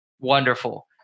wonderful